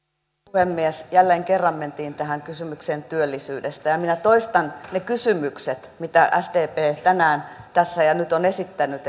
puhemies jälleen kerran mentiin tähän kysymykseen työllisyydestä ja minä toistan ne kysymykset mitä sdp tänään tässä ja nyt on esittänyt